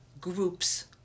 groups